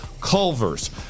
Culver's